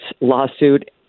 lawsuit